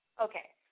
Okay